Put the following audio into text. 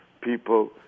people